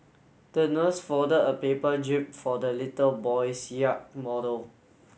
the nurse folded a paper jib for the little boy's yacht model